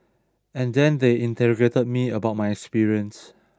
and then they interrogated me about my experience